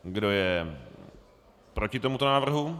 Kdo je proti tomuto návrhu?